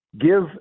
give